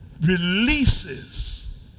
releases